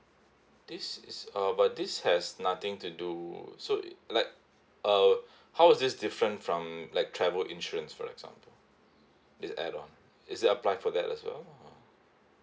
this is uh but this has nothing to do so like uh how is this different from like travel insurance for example this add on is it apply for that as well or